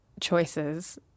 choices